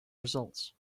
results